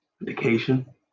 medication